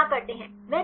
तो वे क्या करते हैं